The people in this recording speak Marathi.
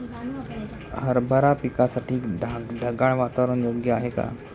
हरभरा पिकासाठी ढगाळ वातावरण योग्य आहे का?